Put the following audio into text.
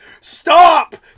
stop